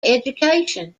education